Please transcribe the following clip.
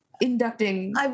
inducting